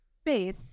space